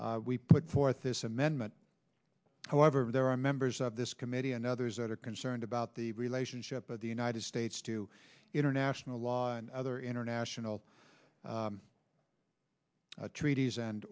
conflicts we put forth this amendment however there are members of this committee and others that are concerned about the relationship of the united states to international law and other international treaties and